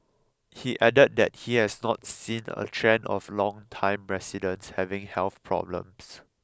he added that he has not seen a trend of longtime residents having health problems